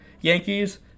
Yankees